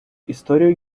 историю